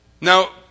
Now